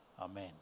amen